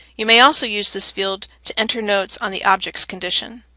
you may also use this field to enter notes on the object's condition.